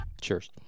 Cheers